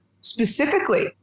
specifically